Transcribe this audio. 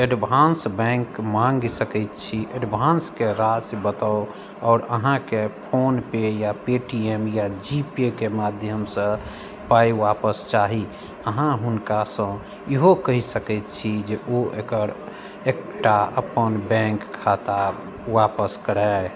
advance back माँगि सकै छी एडवान्सके राशि बताओ आओर अहाँके फोन पे या पेटीएम या जीपे के माध्यमसँ पाइ वापस चाही अहाँ हुनकासँ इहो कहि सकै छी जे ओ एकर एकटा अपन बैंक खाता वापस करै